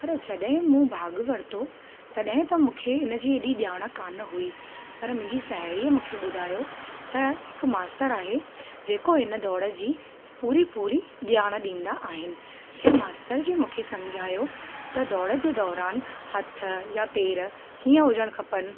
पर जॾहिं मूं भाग वरितो तॾहिं त मूंखे इन जी एॾी ॼाण कोन हुई पर मुंहिंजी साहेड़ीअ मूंखे ॿुधायो त हिकु मास्तर आहे जे को इन दौड़ जी पूरी पूरी ॼाण ॾींदा आहिनि जंहिं मास्तर जी मूंखे सम्झायो त दौड़ जे दौरान हथ या पेर कीअं हुजणु खपनि